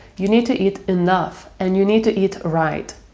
you need to eat enough and you need to eat right.